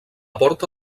porta